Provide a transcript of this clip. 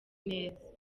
neza